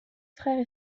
frères